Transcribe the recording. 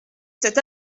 cet